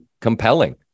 compelling